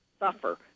suffer